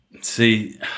See